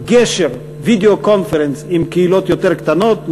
גשר, וידיאו קונפרנס, עם קהילות יותר קטנות.